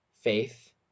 faith